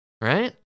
right